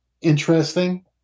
interesting